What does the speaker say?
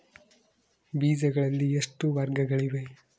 ಬೇಜಗಳಲ್ಲಿ ಎಷ್ಟು ವರ್ಗಗಳಿವೆ?